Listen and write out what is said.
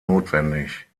notwendig